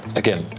again